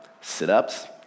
Sit-ups